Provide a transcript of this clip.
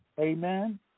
Amen